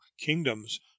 kingdoms